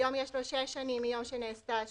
היום יש לו שש שנים מיום שנעשתה השומה.